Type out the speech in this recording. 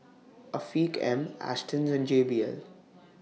Afiq M Astons and J B L